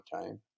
time